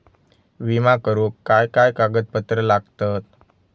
विमा करुक काय काय कागद लागतत?